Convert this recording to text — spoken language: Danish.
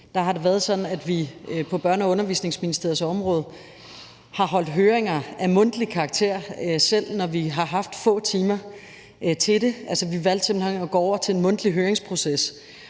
har det været sådan, at vi på Børne- og Undervisningsministeriets område har holdt høringer af mundtlig karakter, selv når vi har haft få timer til det. Altså, vi valgte simpelt hen at gå over til en mundtlig høringsproces,